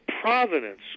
providence